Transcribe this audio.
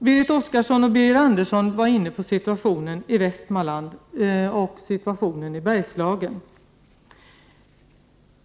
Berit Oscarsson och Birger Andersson var inne på situationen i Västmanland och Bergslagen.